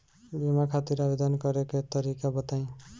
बीमा खातिर आवेदन करे के तरीका बताई?